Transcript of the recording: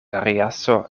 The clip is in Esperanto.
variaso